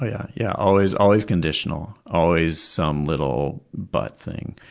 yeah yeah always always conditional always some little but thing.